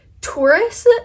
tourists